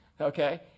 Okay